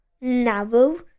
narrow